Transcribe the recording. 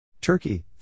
Turkey